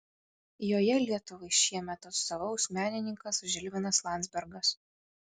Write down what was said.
joje lietuvai šiemet atstovaus menininkas žilvinas landzbergas